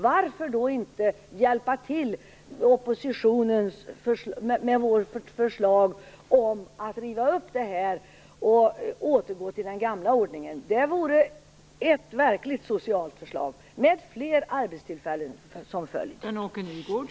Varför då inte hjälpa till genom att stödja oppositionens förslag om att riva upp det här och återgå till den gamla ordningen? Det vore ett verkligt socialt förslag - med fler arbetstillfällen som följd!